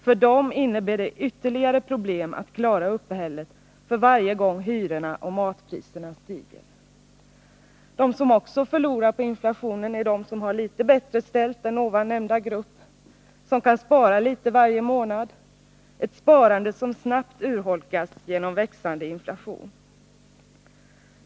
För dem innebär det ytterligare problem att klara uppehället varje gång hyrorna och matpriserna stiger. De som också förlorar på inflationen är de som har det litet bättre ställt än nämnda grupp och som kan spara litet varje månad — ett sparande som snabbt urholkas genom växande inflation.